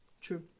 true